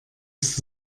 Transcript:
ist